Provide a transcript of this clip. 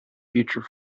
future